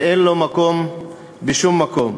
ואין לו מקום בשום מקום.